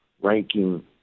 ranking